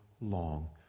long